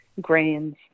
grains